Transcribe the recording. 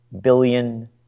billion